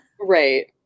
Right